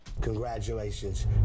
Congratulations